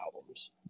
albums